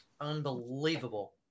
Unbelievable